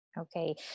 okay